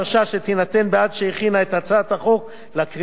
החוק לקריאה השנייה ולקריאה השלישית.